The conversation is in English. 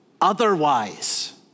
otherwise